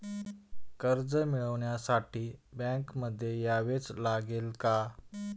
कर्ज मिळवण्यासाठी बँकेमध्ये यावेच लागेल का?